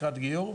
לקראת גיור.